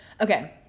okay